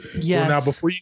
Yes